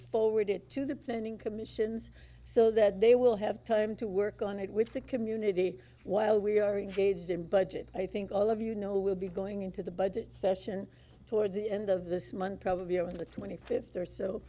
forward it to the pending commissions so that they will have time to work on it with the community while we are engaged in budget i think all of you know we'll be going into the budget session towards the end of this month probably on the twenty fifth or so